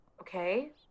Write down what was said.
Okay